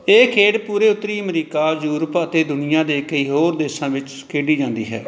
ਇਹ ਖੇਡ ਪੂਰੇ ਉੱਤਰੀ ਅਮਰੀਕਾ ਯੂਰਪ ਅਤੇ ਦੁਨੀਆ ਦੇ ਕਈ ਹੋਰ ਦੇਸ਼ਾਂ ਵਿੱਚ ਖੇਡੀ ਜਾਂਦੀ ਹੈ